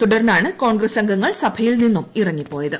തുടർന്നാണ് കോൺഗ്രസ് അംഗങ്ങൾ സഭയിൽ നിന്നും ഇറങ്ങി പോയത്